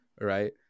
right